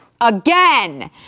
Again